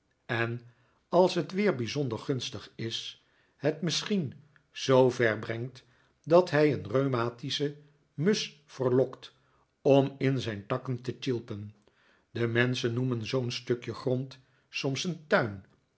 en als het weer bijzonder gunstig is het misschien zoover brengt dat hij een rheumatische musch verlokt om in zijn takken te sjilpen de menschen noemen zoo'n stukje grond soms een tuin